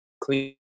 clean